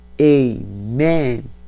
Amen